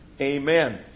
Amen